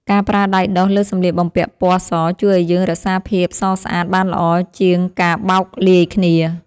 ការប្រើដៃដុសលើសម្លៀកបំពាក់ពណ៌សជួយឱ្យយើងរក្សាភាពសស្អាតបានល្អជាងការបោកលាយគ្នា។